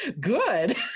Good